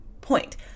point